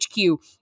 HQ